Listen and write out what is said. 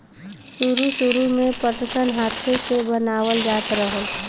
सुरु सुरु में पटसन हाथे से बनावल जात रहल